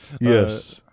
Yes